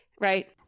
right